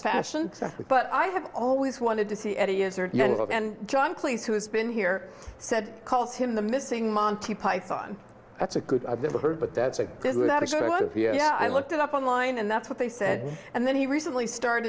fashion but i have always wanted to see eddie izzard and john cleese who has been here said calls him the missing monte python that's a good i've never heard but that's a good attitude yeah i looked it up online and that's what they said and then he recently started